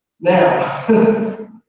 Now